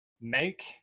Make